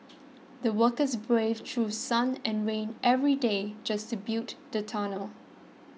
the workers braved through sun and rain every day just to built the tunnel